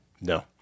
No